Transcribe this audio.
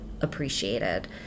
appreciated